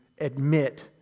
admit